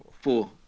Four